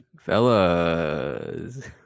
fellas